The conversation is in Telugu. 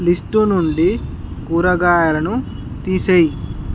లిస్టు నుండి కూరగాయలను తీసేయి